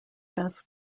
best